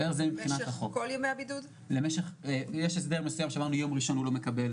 יש הסדר מסויים שביום הראשון הוא לא מקבל